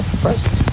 first